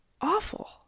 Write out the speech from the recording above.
Awful